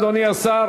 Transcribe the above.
תודה, אדוני השר.